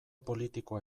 politikoa